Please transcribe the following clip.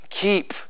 keep